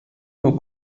nur